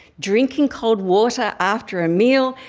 drinking cold water after a meal,